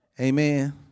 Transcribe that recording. amen